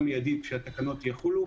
ברמה המיידית, כשהתקנות יחולו.